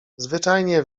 zwyczajnie